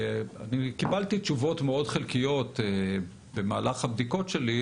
וקיבלתי תשובות מאוד חלקיות במהלך הבדיקות שלי,